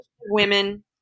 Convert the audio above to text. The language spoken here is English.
women